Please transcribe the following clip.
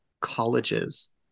colleges